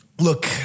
Look